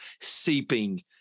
seeping